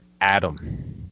Adam